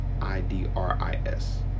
I-D-R-I-S